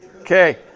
Okay